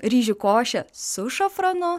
ryžių košė su šafranu